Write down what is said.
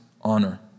honor